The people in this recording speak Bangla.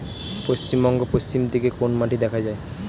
পশ্চিমবঙ্গ পশ্চিম দিকে কোন মাটি দেখা যায়?